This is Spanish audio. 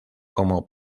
como